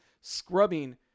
scrubbing